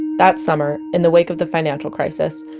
that summer, in the wake of the financial crisis,